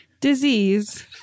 disease